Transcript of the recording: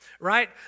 Right